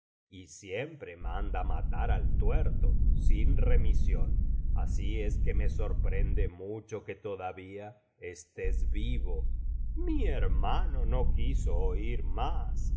y siempre manda matar al tuerto sin remisión así es que me sorprende mucho que todavía estés vivo mi hermano no quiso oir más